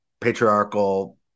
patriarchal